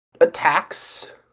attacks